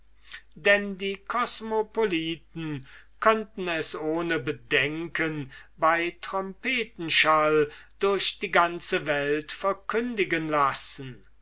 denn die kosmopoliten könnten es ohne bedenken bei trompetenschall durch die ganze welt auskündigen lassen